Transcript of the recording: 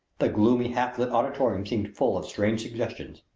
the gloomy, half-lit auditorium seemed full of strange suggestions.